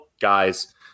guys